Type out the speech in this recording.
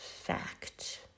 fact